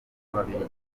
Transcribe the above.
ababiligi